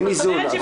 אין איזון.